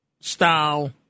style